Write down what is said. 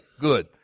good